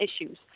issues